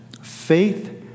Faith